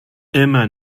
immer